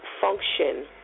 function